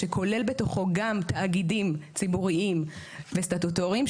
שכולל בתוכו גם תאגידים ציבוריים וסטטוטוריים,